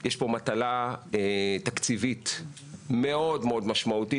יש פה מטלה תקציבית מאוד מאוד משמעותית,